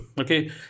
Okay